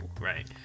right